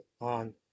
on